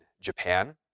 Japan